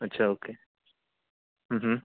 अच्छा ओके